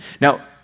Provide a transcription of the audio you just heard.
Now